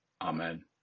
Amen